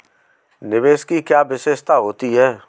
निवेश की क्या विशेषता होती है?